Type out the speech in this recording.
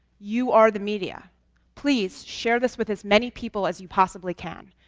you are the media please share this with as many people as you possibly can.